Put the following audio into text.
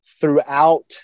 throughout